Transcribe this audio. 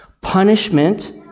Punishment